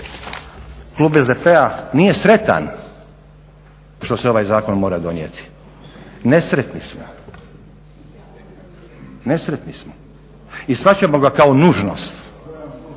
Klub SDP-a nije sretan što se ovaj zakon mora donijeti. Nesretni smo, nesretni smo. I shvaćamo ga kao nužnost.